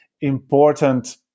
important